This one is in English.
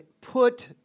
put